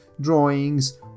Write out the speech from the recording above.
drawings